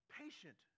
patient